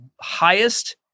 highest